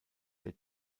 der